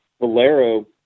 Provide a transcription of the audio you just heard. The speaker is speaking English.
Valero